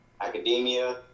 academia